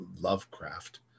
Lovecraft